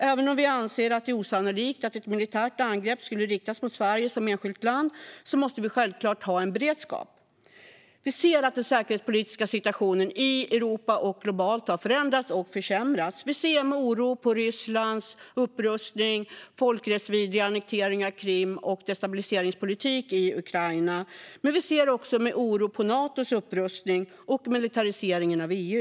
Även om vi anser att det är osannolikt att ett militärt angrepp skulle riktas mot Sverige som enskilt land måste vi självklart ha en beredskap. Vi ser att den säkerhetspolitiska situationen i Europa och globalt har förändrats och försämrats. Vi ser med oro på Rysslands upprustning, den folkrättsvidriga annekteringen av Krim och destabiliseringspolitiken i Ukraina. Vi ser också med oro på Natos upprustning och militariseringen av EU.